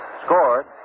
scored